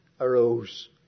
arose